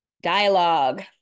Dialogue